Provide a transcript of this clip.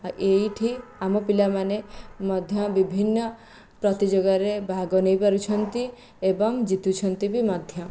ଆଉ ଏଇଠି ଆମ ପିଲାମାନେ ମଧ୍ୟ ବିଭିନ୍ନ ପ୍ରତିଯୋଗିତାରେ ଭାଗ ନେଇପାରୁଛନ୍ତି ଏବଂ ଜିତୁଛନ୍ତି ବି ମଧ୍ୟ